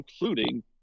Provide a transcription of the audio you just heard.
including